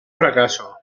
fracaso